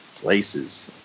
places